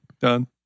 Done